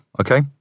okay